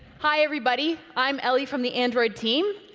hi, everybody. i'm ellie from the android team.